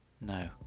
No